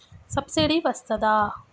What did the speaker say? Subsidy వస్తదా?